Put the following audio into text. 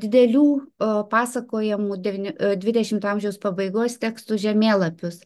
didelių o pasakojamų devyni o dvidešimto amžiaus pabaigos tekstų žemėlapius